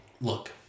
Look